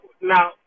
now